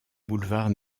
boulevard